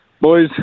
boys